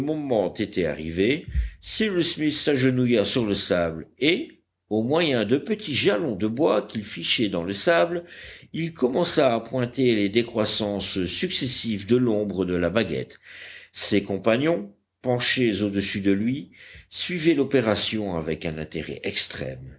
moment était arrivé cyrus smith s'agenouilla sur le sable et au moyen de petits jalons de bois qu'il fichait dans le sable il commença à pointer les décroissances successives de l'ombre de la baguette ses compagnons penchés au-dessus de lui suivaient l'opération avec un intérêt extrême